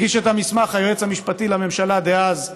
הגיש את המסמך היועץ המשפטי לממשלה דאז,